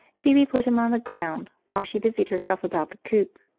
phoebe put him on the ground while she busied herself about the coop.